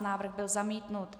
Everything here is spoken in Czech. Návrh byl zamítnut.